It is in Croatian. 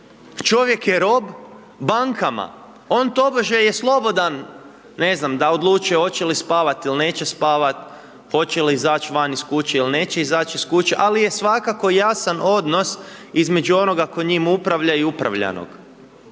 čovjek je rob bankama. On tobože je slobodan ne znam da odlučuje hoće li spavati ili neće spavati, hoće li izaći van iz kuće ili neće izaći iz kuće ali je svakako jasan odnos između onoga tko s njim upravlja i upravljanog.